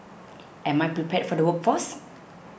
am I prepared for the workforce